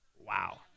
Wow